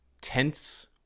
tense